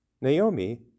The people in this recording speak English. Naomi